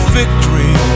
victory